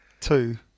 two